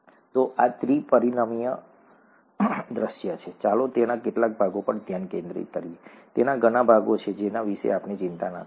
તો આ ત્રિ પરિમાણીય દૃશ્ય છે ચાલો તેના કેટલાક ભાગો પર ધ્યાન કેન્દ્રિત કરીએ તેના ઘણા ભાગો છે જેના વિશે આપણે ચિંતા ન કરીએ